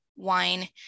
wine